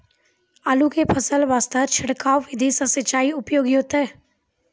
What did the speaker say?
आलू के फसल वास्ते छिड़काव विधि से सिंचाई उपयोगी होइतै?